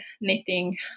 knitting